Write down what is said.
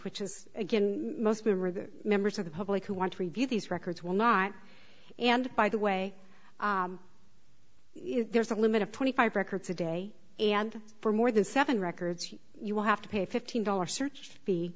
which is again most memorable members of the public who want to review these records will not and by the way you know there's a limit of twenty five records a day and for more than seven records you will have to pay fifteen dollars search